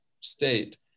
state